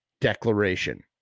Declaration